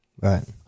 Right